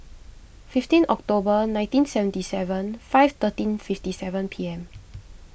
fifteen October nineteen seventy seven five thirteen fifty seven P M